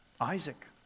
Isaac